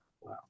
Wow